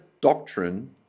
doctrine